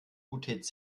utz